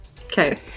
Okay